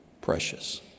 precious